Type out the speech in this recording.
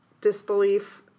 disbelief